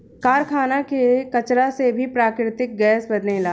कारखाना के कचरा से भी प्राकृतिक गैस बनेला